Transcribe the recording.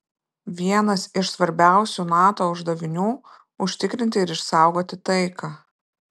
vienas iš svarbiausių nato uždavinių užtikrinti ir išsaugoti taiką